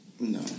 No